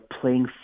playing